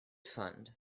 fund